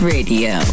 Radio